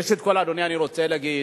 ראשית, אדוני, אני רוצה להגיד,